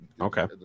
Okay